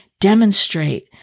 demonstrate